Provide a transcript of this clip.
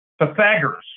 Pythagoras